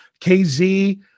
KZ